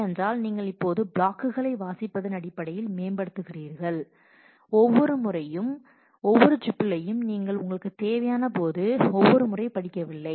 ஏனென்றால் நீங்கள் இப்போது பிளாக்குகளை வாசிப்பதின் அடிப்படையில் மேம்படுத்துகிறீர்கள் நீங்கள் ஒவ்வொரு டியூபிலையும் உங்களுக்கு தேவையான போது ஒவ்வொரு முறை படிக்கவில்லை